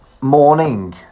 morning